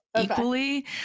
equally